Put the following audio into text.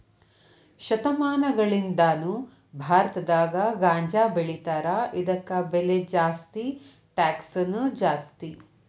ಶತಮಾನಗಳಿಂದಾನು ಭಾರತದಾಗ ಗಾಂಜಾಬೆಳಿತಾರ ಇದಕ್ಕ ಬೆಲೆ ಜಾಸ್ತಿ ಟ್ಯಾಕ್ಸನು ಜಾಸ್ತಿ